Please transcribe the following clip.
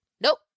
Nope